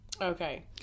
Okay